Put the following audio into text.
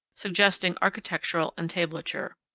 suggesting architectural entablature.